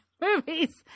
movies